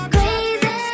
Crazy